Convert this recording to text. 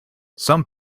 some